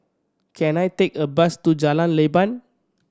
can I take a bus to Jalan Leban